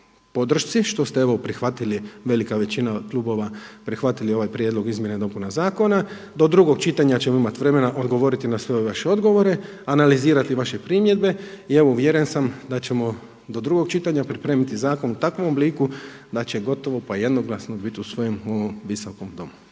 što ste evo prihvatili, velika većina klubova, prihvatili ovaj prijedlog izmjena i dopuna zakona. Do drugog čitanja ćemo imati vremena odgovoriti na sve ove vaše odgovore, analizirati vaše primjedbe. I evo uvjeren sam da ćemo do drugog čitanja pripremiti zakon u takvom obliku da će gotovo pa jednoglasno biti usvojen u ovom Visokom domu.